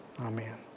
Amen